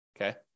okay